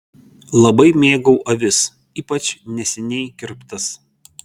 labai mėgau avis ypač neseniai kirptas